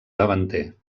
davanter